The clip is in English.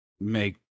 make